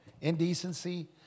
indecency